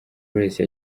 grace